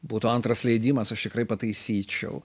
būtų antras leidimas aš tikrai pataisyčiau